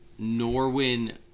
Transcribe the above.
Norwin